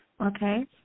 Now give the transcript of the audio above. Okay